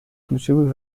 ключевых